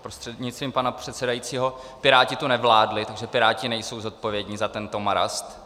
Prostřednictvím pana předsedajícího, Piráti tu nevládli, takže Piráti nejsou zodpovědní za tento marast.